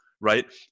right